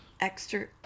extra